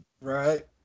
Right